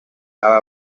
aba